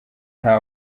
nta